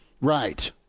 Right